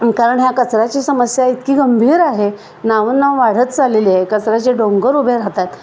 कारण ह्या कचराची समस्या इतकी गंभीर आहे नावन नावं वाढत चालेली आहे कचऱ्याचे डोंगर उभे राहतात